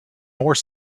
more